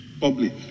public